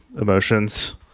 emotions